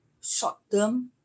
short-term